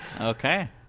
okay